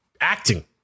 acting